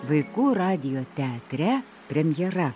vaikų radijo teatre premjera